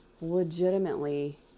legitimately